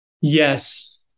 Yes